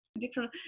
Different